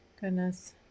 Goodness